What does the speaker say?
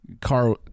car